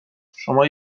شما